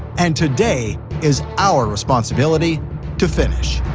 and today is our responsibility to finish.